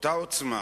באותה עוצמה